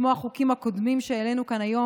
כמו החוקים הקודמים שהעלינו כאן היום,